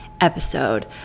episode